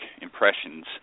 impressions